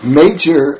major